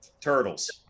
turtles